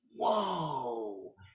whoa